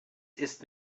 ist